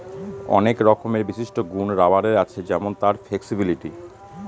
অনেক রকমের বিশিষ্ট গুন রাবারের আছে যেমন তার ফ্লেক্সিবিলিটি